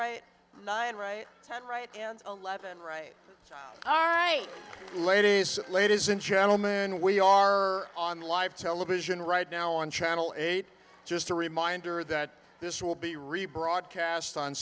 right nine right turn right and eleven right are right ladies ladies and gentlemen we are on live television right now on channel eight just a reminder that this will be rebroadcast on